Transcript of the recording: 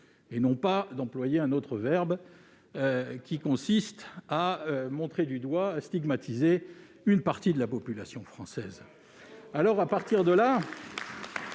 est pas employé un autre verbe, qui consiste à montrer du doigt, à stigmatiser une partie de la population française. Il est vrai que le